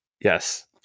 Yes